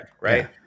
right